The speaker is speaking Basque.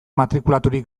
matrikulaturik